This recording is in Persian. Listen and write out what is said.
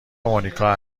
مونیکا